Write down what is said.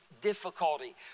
difficulty